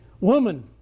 Woman